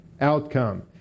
outcome